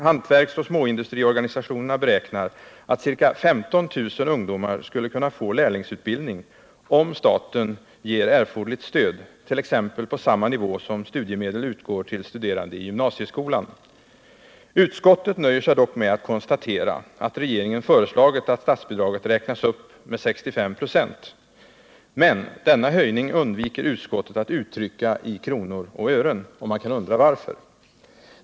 Hantverksoch småindustriorganisationerna beräknar att ca 15 000 ungdomar skulle kunna få lärlingsutbildning, om staten ger erforderligt stöd, t.ex. på samma nivå som studiemedel utgår till studerande i gymnasieskolan. Utskottet nöjer sig dock med att konstatera att regeringen föreslagit att statsbidraget räknas upp med 65 96. Men denna höjning undviker utskottet att uttrycka i kronor och ören. Man kan undra varför.